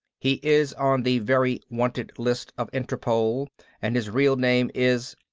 he is on the very wanted list of interpol and his real name is.